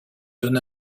donne